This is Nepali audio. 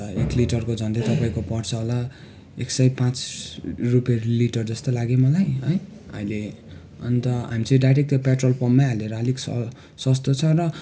त एक लिटरको झन्डै झन्डै तपाईँको पर्छ होला एक सय पाँच रुपियाँ लिटर जस्तै लाग्यो मलाई है अहिले अन्त हामी चाहिँ डाइरेक्ट त्यो पेट्रोल पम्पमै हालेर अलिक स सस्तो छ र